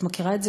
את מכירה את זה,